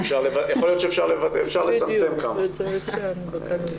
בדיוק, אפשר, בקלות.